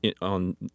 on